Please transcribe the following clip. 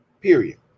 period